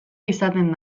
izaten